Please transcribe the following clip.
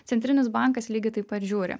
centrinis bankas lygiai taip pat žiūri